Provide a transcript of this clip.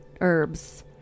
herbs